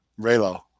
Raylo